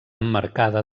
emmarcada